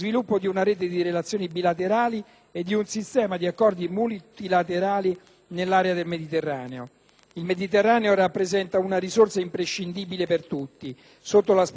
Il Mediterraneo rappresenta una risorsa imprescindibile per tutti, sotto l'aspetto culturale, economico e sociale, e l'Italia, per la sua posizione geografica e per le relazioni pregresse